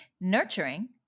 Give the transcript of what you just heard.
Nurturing